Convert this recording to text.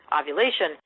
ovulation